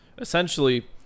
essentially